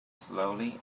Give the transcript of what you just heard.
slowly